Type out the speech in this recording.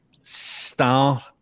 star